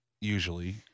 usually